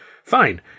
Fine